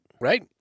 Right